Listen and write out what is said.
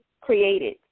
created